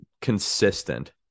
consistent